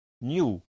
new